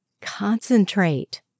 Concentrate